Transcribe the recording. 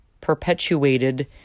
perpetuated